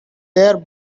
there